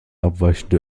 abweichende